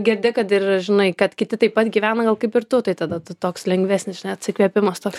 girdi kad ir žinai kad kiti taip pat gyvena gal kaip ir tu tai tada tu toks lengvesnis žinai atsikvėpimas toks